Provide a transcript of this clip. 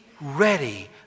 ready